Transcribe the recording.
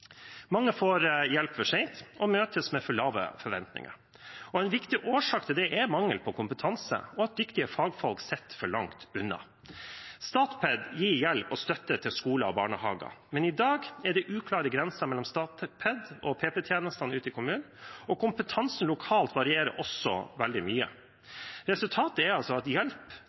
Mange får hjelp for sent og møtes med for lave forventninger. En viktig årsak til det er mangelen på kompetanse, og at dyktige fagfolk sitter for langt unna. Statped gir hjelp og støtte til skoler og barnehager, men i dag er det uklare grenser mellom Statped og PP-tjenestene ute i kommunene, og kompetansen lokalt varierer også veldig mye. Resultatet er at